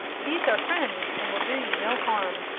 these are friends, and will do you no harm.